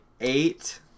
eight